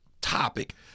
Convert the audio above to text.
topic